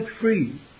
free